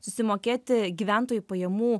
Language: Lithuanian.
susimokėti gyventojų pajamų